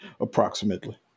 approximately